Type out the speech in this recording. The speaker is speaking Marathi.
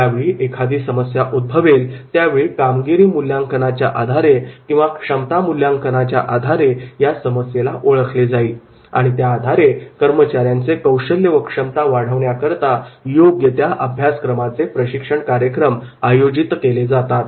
ज्यावेळी एखादी समस्या उद्भवेल त्यावेळी कामगिरी मूल्यांकनाच्या आधारे किंवा क्षमता मूल्यांकनाच्या आधारे या समस्येला ओळखले जाईल आणि त्याआधारे कर्मचाऱ्यांचे कौशल्य व क्षमता वाढवण्याकरता योग्य त्या अभ्यासक्रमाचे प्रशिक्षण कार्यक्रम आयोजित केले जातील